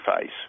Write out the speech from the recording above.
face